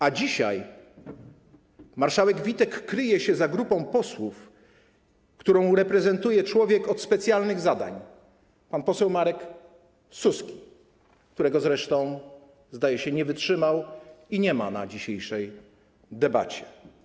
A dzisiaj marszałek Witek kryje się za grupą posłów, którą reprezentuje człowiek od specjalnych zadań, pan poseł Marek Suski, którego zresztą - zdaje się, że nie wytrzymał - nie ma na dzisiejszej debacie.